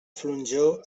flonjor